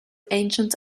ancient